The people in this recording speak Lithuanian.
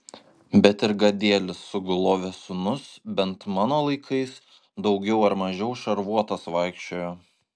bet ir gadielis sugulovės sūnus bent mano laikais daugiau ar mažiau šarvuotas vaikščiojo